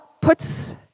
puts